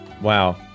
Wow